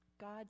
God